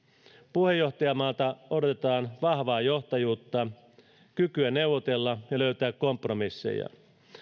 puheenjohtajamaalta odotetaan vahvaa johtajuutta kykyä neuvotella ja löytää kompromisseja